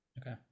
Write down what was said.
Okay